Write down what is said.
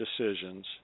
decisions